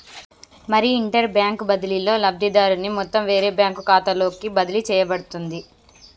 మరి inter bank బదిలీలో లబ్ధిదారుని మొత్తం వేరే బ్యాంకు ఖాతాలోకి బదిలీ చేయబడుతుంది